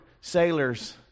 sailors